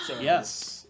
Yes